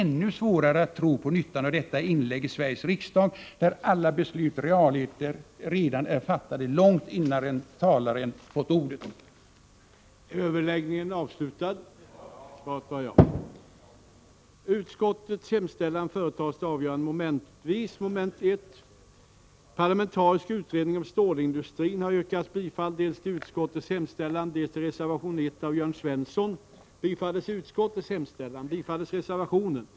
Till riksdagen Härmed får jag hemställa om att bli entledigad från mitt uppdrag som riksdagsledamot med verkan fr.o.m. den 1 juli 1985. Stockholm den 22 maj 1985 Curt Boström